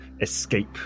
escape